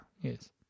Yes